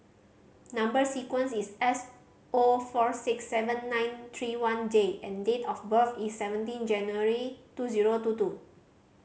number sequence is S O four six seven nine three one J and date of birth is seventeen January two zero two two